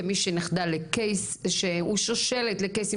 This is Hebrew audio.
כמי שנכדה לקייס שהוא שושלת לקייסים